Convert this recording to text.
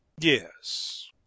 Yes